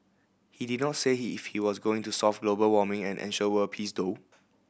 he did not say he if he was going to solve global warming and ensure world peace though